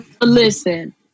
Listen